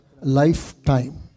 Lifetime